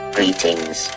Greetings